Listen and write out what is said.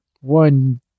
One